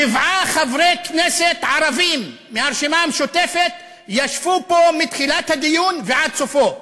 שבעה חברי כנסת ערבים מהרשימה המשותפת ישבו פה מתחילת הדיון ועד סופו,